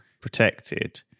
protected